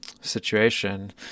situation